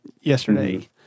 yesterday